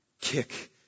kick